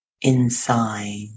inside